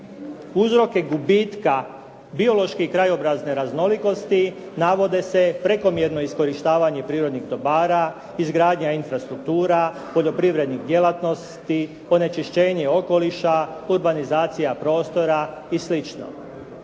uzroke gubitka biološke i krajobrazne raznolikosti navode se prekomjerno iskorištavanje prirodnih dobara, izgradnja infrastruktura, poljoprivrednih djelatnosti, onečišćenje okoliša, urbanizacija prostora i